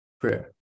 prayer